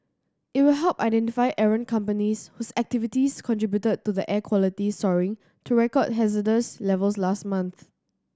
it will help identify errant companies whose activities contributed to the air quality soaring to record hazardous levels last month